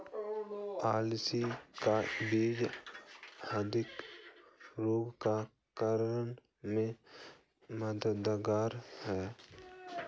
अलसी का बीज ह्रदय रोग कम करने में मददगार है